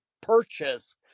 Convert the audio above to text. purchase